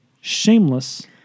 shameless